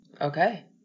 Okay